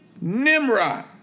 Nimrod